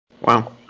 Wow